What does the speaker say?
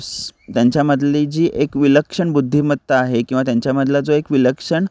स त्यांच्यामधली जी एक विलक्षण बुद्धिमत्ता आहे किंवा त्यांच्यामधला जो एक विलक्षण